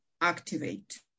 activate